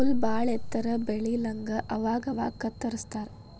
ಹುಲ್ಲ ಬಾಳ ಎತ್ತರ ಬೆಳಿಲಂಗ ಅವಾಗ ಅವಾಗ ಕತ್ತರಸ್ತಾರ